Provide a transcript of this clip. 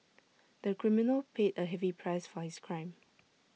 the criminal paid A heavy price for his crime